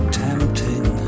tempting